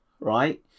right